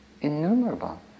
innumerable